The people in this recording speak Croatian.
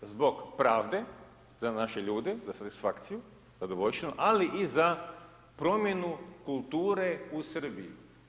Zbog pravde za naše ljude za satisfakciju, zadovoljštinu, ali i za promjenu kulture u Srbiji.